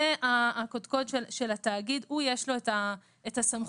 זה הקודקוד של התאגיד ולו יש את הסמכות